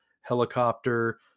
helicopter